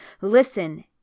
Listen